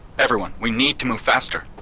everyone, we need to move faster.